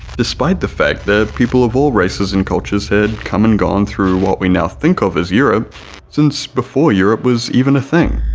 despite the fact that people of all races and cultures had come and gone through what we now think of as europe since before europe was even a thing.